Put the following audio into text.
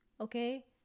okay